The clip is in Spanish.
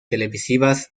televisivas